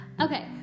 okay